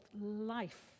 life